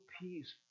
peace